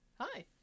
Hi